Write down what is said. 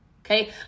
okay